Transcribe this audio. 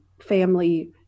family